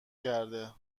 کرده